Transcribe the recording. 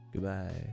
Goodbye